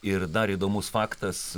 ir dar įdomus faktas